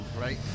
Right